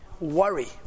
worry